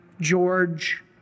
George